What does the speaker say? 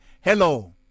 Hello